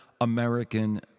American